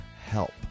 help